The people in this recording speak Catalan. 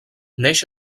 neix